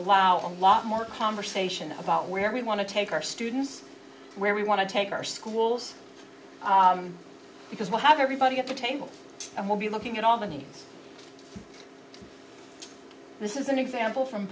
allow a lot more conversation about where we want to take our students where we want to take our schools because we'll have everybody at the table and we'll be looking at albany this is an example from